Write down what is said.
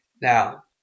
Now